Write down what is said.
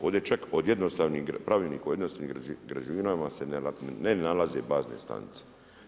Ovdje čak o jednostavnih pravila, od jednostavnih građevina se ne nalaze bazne stanice.